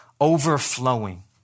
overflowing